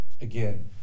again